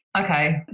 Okay